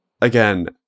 again